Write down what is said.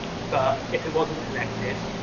but if it wasn't connected,